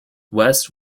west